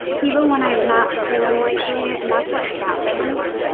even when i'm not feeling like doing it and that's what happens.